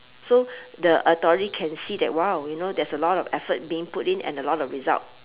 so the authority can see that !wow! you know there's a lot of effort being put in and a lot of result